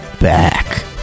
back